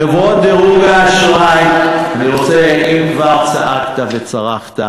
חברות דירוג האשראי, אני רוצה, אם כבר צעקת וצרחת,